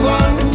one